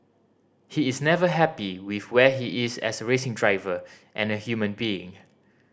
he is never happy with where he is as a racing driver and a human being